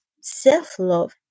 self-love